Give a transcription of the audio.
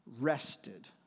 rested